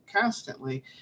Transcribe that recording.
constantly